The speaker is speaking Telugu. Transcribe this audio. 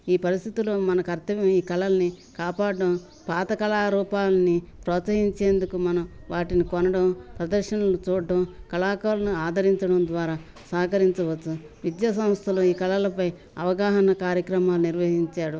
ఈ పరిస్థితులో మన కర్తమ్యం ఈ కళలని కాపాడడం పాత కళారూపాలని ప్రోత్సహించేందుకు మనం వాటిని కొనడం ప్రదర్శనలు చూడడం కళాకారును ఆదరించడం ద్వారా సహకరించవచ్చు విద్యాసంస్థలో ఈ కళలపై అవగాహన కార్యక్రమాలు నిర్వహించాడు